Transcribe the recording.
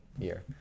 year